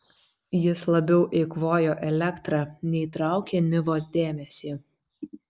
jis labiau eikvojo elektrą nei traukė nivos dėmesį